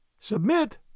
Submit